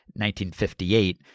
1958